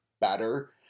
better